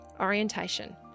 Orientation